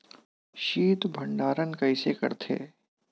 शीत भंडारण कइसे करथे?